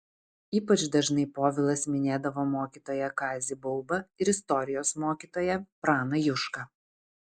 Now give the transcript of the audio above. ypač dažnai povilas minėdavo mokytoją kazį baubą ir istorijos mokytoją praną jušką